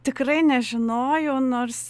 tikrai nežinojau nors